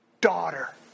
daughter